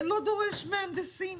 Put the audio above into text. זה לא דורש מהנדסים.